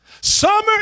summer